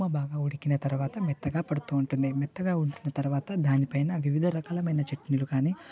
బాగా ఉడికిన తర్వాత మెత్తగా పడుతు ఉంటుంది మెత్తగా ఉడికిన తర్వాత దానిపైన వివిధ రకములైన చట్నీలు కానీ